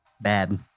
Bad